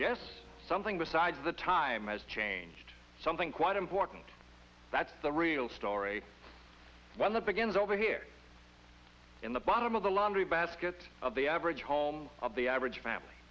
yes something besides the time has changed something quite important that's the real story when that begins over here in the bottom of the laundry basket of the average home of the average family